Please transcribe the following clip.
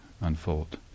unfold